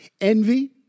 Envy